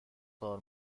کار